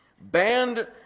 banned